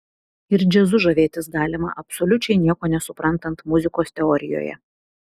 ir džiazu žavėtis galima absoliučiai nieko nesuprantant muzikos teorijoje